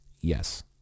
yes